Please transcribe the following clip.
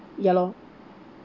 ya lor